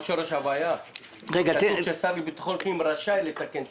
אני חושב ששורש הבעיה הוא שכתוב שהשר לביטחון פנים רשאי לתקן תקנות.